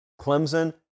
Clemson